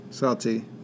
Salty